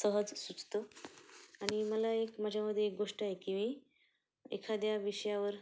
सहज सुचतं आणि मला एक माझ्यामध्ये एक गोष्ट आहे की मी एखाद्या विषयावर